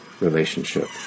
relationship